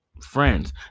friends